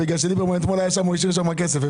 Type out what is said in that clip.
ליברמן היה שם אתמול והוא השאיר שם כסף.